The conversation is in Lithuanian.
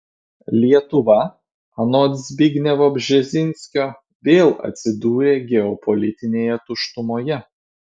lietuva anot zbignevo bžezinskio vėl atsidūrė geopolitinėje tuštumoje